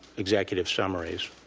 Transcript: executive summaries.